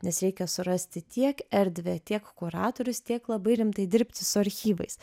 nes reikia surasti tiek erdvę tiek kuratorius tiek labai rimtai dirbti su archyvais